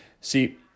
See